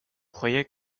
croyais